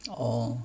oh